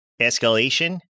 Escalation